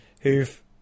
who've